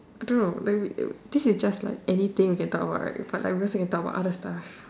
I don't know like this is just like anything we can talk about right but I realize we can talk about other stuff